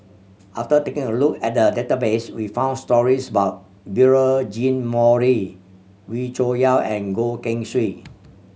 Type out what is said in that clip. after taking a look at the database we found stories about Beurel Jean Marie Wee Cho Yaw and Goh Keng Swee